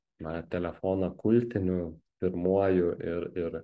na telefoną kultiniu pirmuoju ir ir